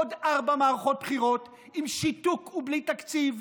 עוד ארבע מערכות בחירות עם שיתוק ובלי תקציב.